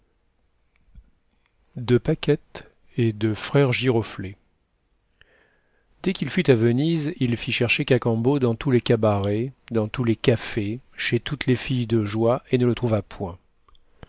de paquette et de frère giroflée dès qu'il fut à venise il fit chercher cacambo dans tous les cabarets dans tous les cafés chez toutes les filles de joie et ne le trouva point